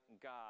God